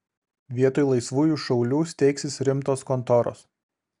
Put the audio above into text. vietoj laisvųjų šaulių steigsis rimtos kontoros